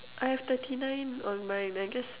I've thirty nine on my